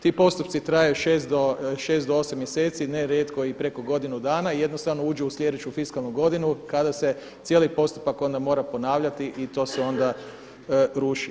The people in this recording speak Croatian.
Ti postupci traju 6 do 8 mjeseci, ne rijetko i preko godinu dana i jednostavno uđe u sljedeću fiskalnu godinu kada se cijeli postupak onda mora ponavljati i to se onda ruši.